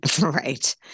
Right